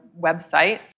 website